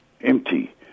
Empty